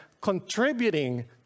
contributing